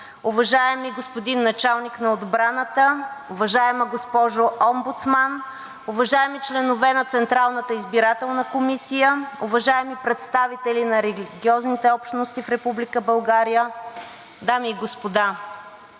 уважаеми Началник на отбраната, уважаема госпожо Омбудсман, уважаеми членове на Централната избирателна комисия, уважаеми представители на религиозните общности в Република